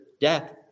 death